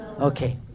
Okay